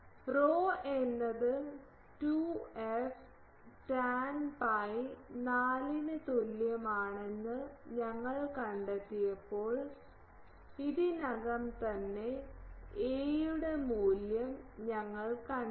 Rho എന്നത് 2f tan pi 4 ന് തുല്യമാണെന്ന് ഞങ്ങൾ കണ്ടെത്തിയപ്പോൾ ഇതിനകം തന്നെ a യുടെ മൂല്യം ഞങ്ങൾ കണ്ടെത്തി